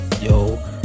yo